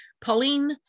Pauline